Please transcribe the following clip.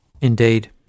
Indeed